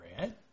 red